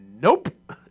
Nope